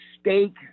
steak